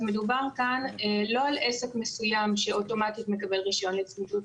אז מדובר כאן לא על עסק מסוים שאוטומטית מקבל רישיון לצמיתות.